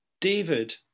David